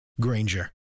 Granger